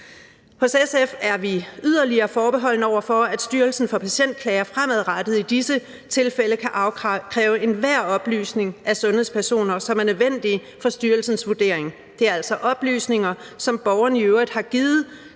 I SF er vi yderligere forbeholdne over for, at Styrelsen for Patientklager fremadrettet i disse tilfælde kan afkræve enhver oplysning af sundhedspersoner, som er nødvendig for styrelsens vurdering. Det er altså oplysninger, som borgerne i øvrigt har givet